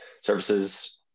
services